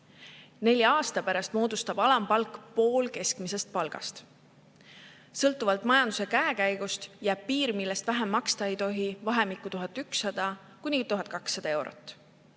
Nelja aasta pärast moodustab alampalk pool keskmisest palgast. Sõltuvalt majanduse käekäigust jääb piir, millest vähem maksta ei tohi, vahemikku 1100–1200 eurot.